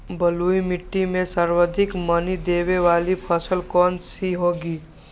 बलुई मिट्टी में सर्वाधिक मनी देने वाली फसल कौन सी होंगी?